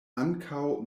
ankaŭ